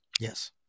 Yes